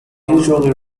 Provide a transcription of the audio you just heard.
usually